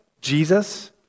Jesus